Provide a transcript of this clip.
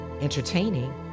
entertaining